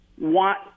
want